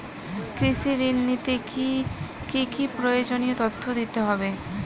কৃষি ঋণ নিতে কি কি প্রয়োজনীয় তথ্য দিতে হবে?